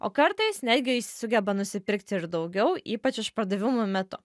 o kartais netgi sugeba nusipirkti ir daugiau ypač išpardavimų metu